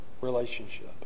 relationship